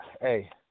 Hey